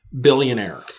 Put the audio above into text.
billionaire